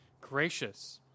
gracious